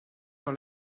dans